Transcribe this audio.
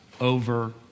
over